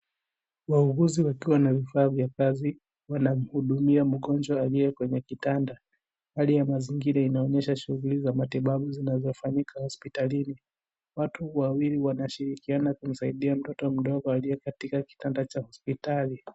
Wauguzi wakiwa na vifaa vya kazi, wanamhudumia mgomjwa aliye kwenye kitanda. Hali ya mazingira inaonyesha shughuli za matibabu zinazofanyika hospitalini. Watu wawili wanashirikiana kusaidia mtoto mdogo aliye kitanda cha hospitali.